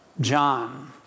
John